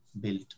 built